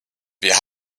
wir